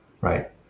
right